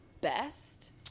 best